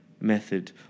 method